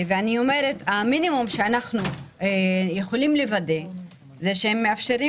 המינימום שאנחנו יכולים לוודא זה שהם מאפשרים